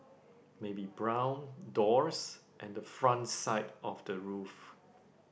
maybe brown doors and a front side of the roof